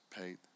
paid